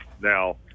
Now